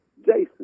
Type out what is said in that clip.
Jason